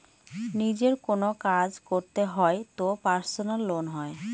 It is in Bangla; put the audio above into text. নিজের কোনো কাজ করতে হয় তো পার্সোনাল লোন হয়